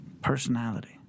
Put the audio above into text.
Personality